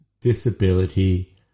disability